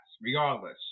regardless